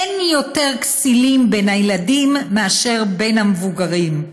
אין יותר כסילים בין הילדים מאשר בין המבוגרים.